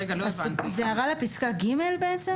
זה הערה לפסקה (ג) בעצם?